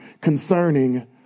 concerning